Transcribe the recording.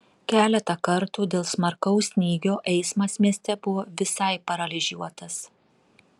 keletą kartų dėl smarkaus snygio eismas mieste buvo visai paralyžiuotas